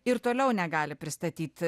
ir toliau negali pristatyti